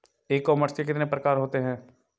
ई commerce के कितने प्रकार होते हैं?